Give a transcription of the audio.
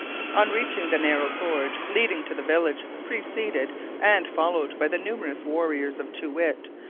on reaching the narrow gorge leading to the village preceded and followed by the numerous warriors of too wit,